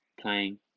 playing